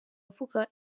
avuga